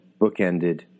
bookended